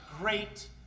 great